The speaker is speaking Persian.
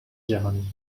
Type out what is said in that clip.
جهانی